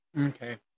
Okay